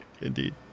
indeed